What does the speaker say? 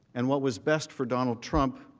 and what was best for donald trump,